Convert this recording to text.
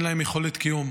אין להן יכולת קיום.